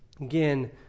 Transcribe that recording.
again